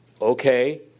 okay